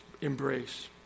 embrace